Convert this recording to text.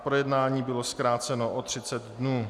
Projednání bylo zkráceno o 30 dnů.